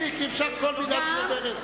מספיק, אי-אפשר כל מלה שהיא אומרת.